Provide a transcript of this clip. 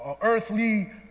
earthly